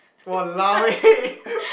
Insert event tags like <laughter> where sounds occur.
!walao! eh <laughs>